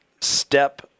Step